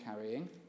carrying